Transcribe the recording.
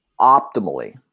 optimally